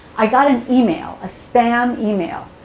i got an email, a spam email,